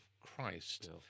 Christ